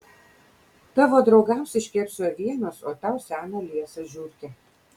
tavo draugams iškepsiu avienos o tau seną liesą žiurkę